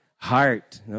heart